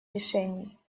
решений